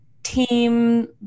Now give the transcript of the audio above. team